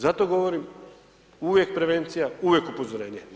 Zato govorim uvijek prevencija, uvijek upozorenje.